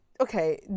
okay